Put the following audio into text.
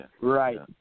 right